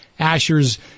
asher's